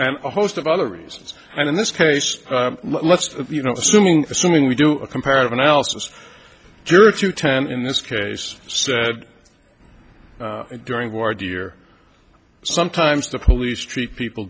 and a host of other reasons and in this case let's you know assuming assuming we do a comparative analysis juror to ten in this case said during war dear sometimes the police treat people